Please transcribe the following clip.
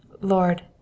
Lord